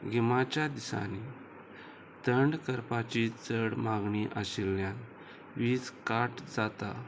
गिमाच्या दिसांनी थंड करपाची चड मागणी आशिल्ल्यान वीज काट जाता